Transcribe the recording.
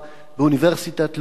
באוניברסיטת לונדון,